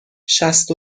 شصت